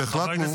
והחלטנו,